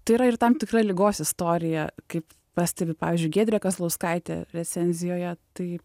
tai yra ir tam tikra ligos istoriją kaip pastebi pavyzdžiui giedrė kazlauskaitė recenzijoje tai